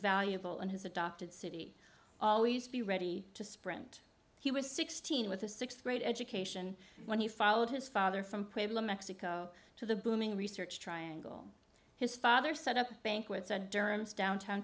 valuable in his adopted city always be ready to sprint he was sixteen with a sixth grade education when he followed his father from mexico to the booming research triangle his father set up a bank with a durham's downtown